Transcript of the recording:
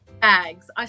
bags